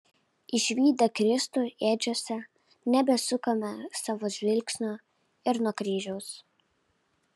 išvydę kristų ėdžiose nebesukame savo žvilgsnio ir nuo kryžiaus